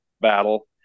battle